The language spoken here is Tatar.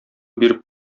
биреп